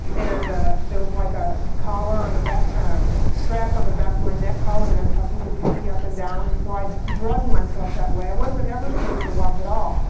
and ah there was like a collar on the back, a um strap on the back of my neck collar, and that's how people picked me up and down. and so i drug myself that way. i wasn't ever supposed to walk at all.